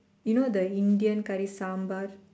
you know the Indian curry sambar